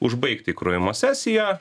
užbaigti įkrovimo sesiją